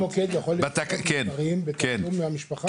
אני כמוקד יכול לפנות נפטרים בתשלום מהמשפחה?